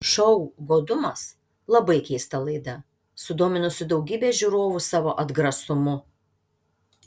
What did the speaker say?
šou godumas labai keista laida sudominusi daugybę žiūrovu savo atgrasumu